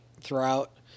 throughout